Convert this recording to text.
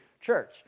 church